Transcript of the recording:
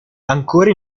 ancora